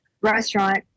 restaurant